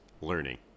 Learning